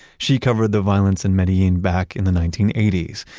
she covered the violence in medellin back in the nineteen eighty s,